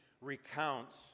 recounts